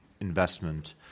investment